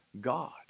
God